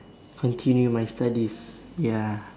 continue my studies ya